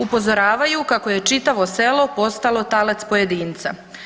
Upozoravaju kako je čitavo selo postalo talac pojedinca.